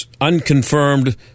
unconfirmed